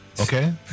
Okay